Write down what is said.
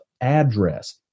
address